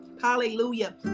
hallelujah